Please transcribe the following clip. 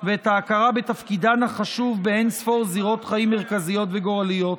ואת ההכרה בתפקידן החשוב באין-ספור זירות חיים מרכזיות וגורליות.